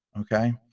okay